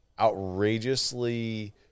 outrageously